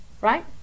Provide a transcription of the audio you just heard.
right